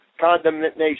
condemnation